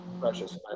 precious